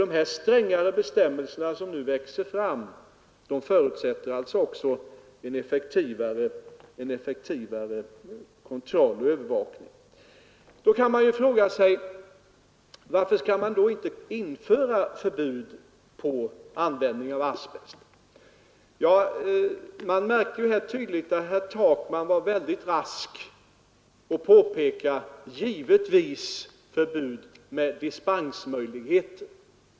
De här strängare bestämmelserna, som nu växer fram, förutsätter alltså också en effektivare kontroll och övervakning. Men varför skall vi då inte införa förbud mot användning av asbest? Jag märkte tydligt att herr Takman var väldigt rask att påpeka att det givetvis skall vara förbud med dispensmöjligheter.